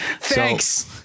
Thanks